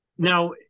Now